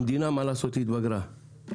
המדינה, מה לעשות, התבגרה.